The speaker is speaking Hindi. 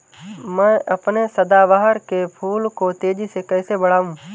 मैं अपने सदाबहार के फूल को तेजी से कैसे बढाऊं?